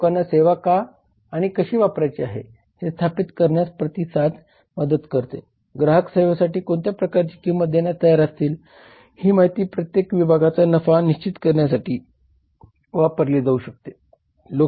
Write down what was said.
लोकांना सेवा का आणि कशी वापरायची आहे हे स्थापित करण्यात प्रतिसाद मदत करते ग्राहक सेवेसाठी कोणत्या प्रकारची किंमत देण्यास तयार असतील ही माहिती प्रत्येक विभागाचा नफा निश्चित करण्यासाठी वापरली जाऊ शकते